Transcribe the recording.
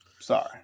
Sorry